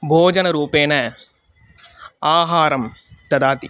भोजनरूपेण आहारं ददाति